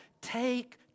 take